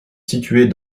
située